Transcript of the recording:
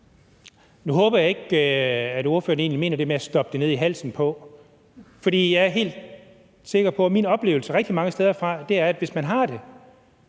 Nu håber jeg ikke, at ordføreren egentlig mener det med at stoppe det ned i halsen. For min oplevelse rigtig mange steder fra er, at hvis man har det,